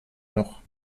noch